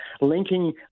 linking